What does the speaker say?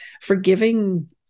forgiving